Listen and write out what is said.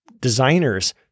designers